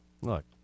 Look